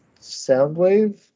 Soundwave